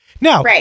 Now